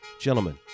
Gentlemen